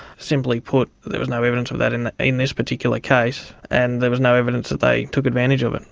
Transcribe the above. simply put, there was no evidence of that in that in this particular case and there was no evidence that they took advantage of it.